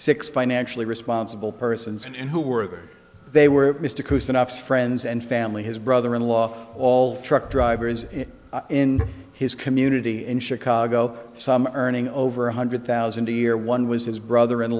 six financially responsible persons and who were they were mr koussa enough friends and family his brother in law all truck drivers in his community in chicago some earning over one hundred thousand a year one was his brother in